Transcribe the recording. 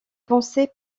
pensaient